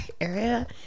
area